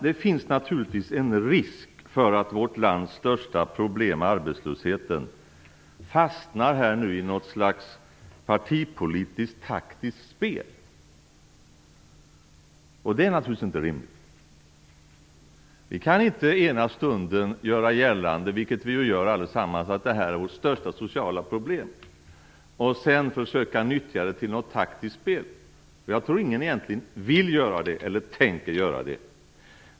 Det finns naturligtvis en risk för att vårt lands största problem, arbetslösheten, fastnar i något slags partipolitiskt taktiskt spel, och det är naturligtvis inte rimligt. Vi kan inte ena stunden göra gällande, vilket vi ju gör allesammans, att detta är vårt största sociala problem och sedan försöka nyttja det till något taktiskt spel. Jag tror att ingen egentligen vill göra det eller tänker göra det.